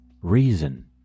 reason